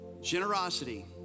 Generosity